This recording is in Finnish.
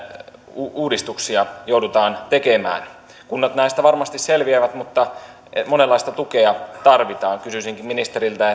uudistuksia joudutaan tekemään kunnat näistä varmasti selviävät mutta monenlaista tukea tarvitaan kysyisinkin ministeriltä